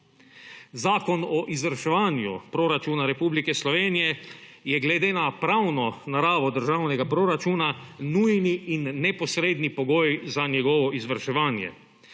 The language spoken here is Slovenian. Zakon o izvrševanju proračuna Republike Slovenije je glede na pravno naravo državnega proračuna nujni in neposredni pogoj za njegovo izvrševanje.